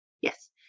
Yes